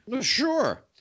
Sure